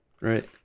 right